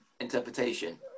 interpretation